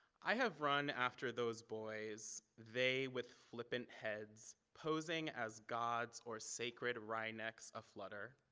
i have run after those boys they with flipping heads posing as gods or sacred right next aflutter.